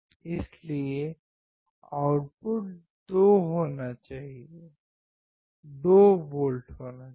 इसलिए output 2 volt होना चाहिए